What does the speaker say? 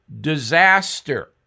disaster